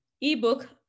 ebook